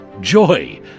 joy